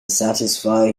satisfy